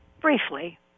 briefly